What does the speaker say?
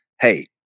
hey